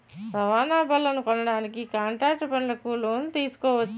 రవాణా బళ్లనుకొనడానికి కాంట్రాక్టు పనులకు లోను తీసుకోవచ్చు